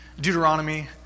Deuteronomy